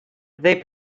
they